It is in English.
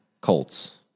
Colts